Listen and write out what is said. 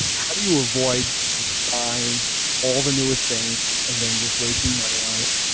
how do you avoid just buying all the newest things and then just wasting money on it?